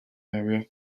area